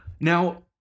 Now